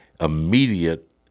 immediate